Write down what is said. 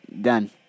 done